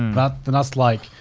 but then that's like,